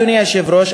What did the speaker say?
אדוני היושב-ראש,